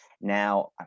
Now